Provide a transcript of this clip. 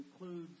includes